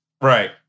Right